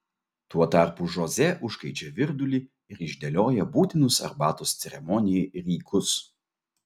tuo tarpu žoze užkaičia virdulį ir išdėlioja būtinus arbatos ceremonijai rykus